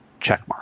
Checkmark